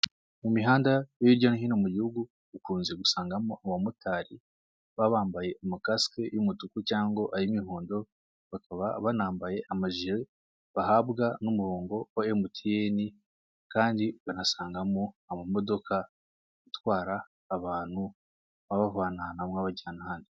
Mu mihanda yo hirya no hino mu gihugu, ukunze gusangamo abamotari baba bambaye amakasike y'umutuku cyangwa ay'imihondo. Bakaba banambaye amajiri bahabwa n'umurongo wa mtn. Kandi banasangamo amamodoka atwara abantu abavana ahantu hamwe abajyana ahandi.